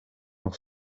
nog